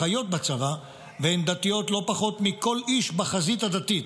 החיות בצבא והן דתיות לא פחות מכל איש בחזית הדתית,